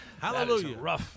Hallelujah